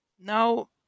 Now